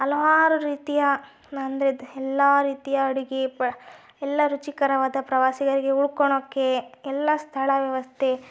ಹಲವಾರು ರೀತಿಯ ಅಂದರೆ ಎಲ್ಲ ರೀತಿಯ ಅಡುಗೆ ಎಲ್ಲ ರುಚಿಕರವಾದ ಪ್ರವಾಸಿಗರಿಗೆ ಉಳ್ಕೊಳ್ಳೋಕ್ಕೆ ಎಲ್ಲ ಸ್ಥಳ ವ್ಯವಸ್ಥೆ